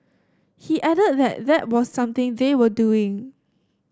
he added that that was something they were doing